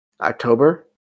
October